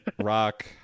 Rock